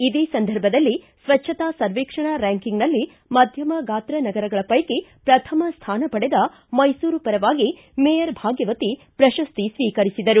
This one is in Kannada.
ಇದೇ ಸಂದರ್ಭದಲ್ಲಿ ಸ್ವಜ್ಞತಾ ಸರ್ವೇಕ್ಷಣಾ ರ್ಯಾಕಿಂಗ್ನಲ್ಲಿ ಮಧ್ಯಮ ಗಾತ್ರ ನಗರಗಳ ಪೈಕಿ ಪ್ರಥಮ ಸ್ವಾನ ಪಡೆದ ಮೈಸೂರು ಪರವಾಗಿ ಮೇಯರ್ ಭಾಗ್ಯವತಿ ಪ್ರಶಸ್ತಿ ಸ್ವೀಕರಿಸಿದರು